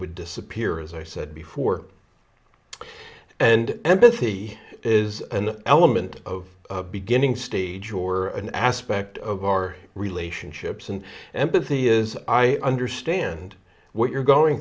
would disappear as i said before and empathy is an element of beginning stage or an aspect of our relationships and empathy is i understand what you're going